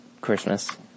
Christmas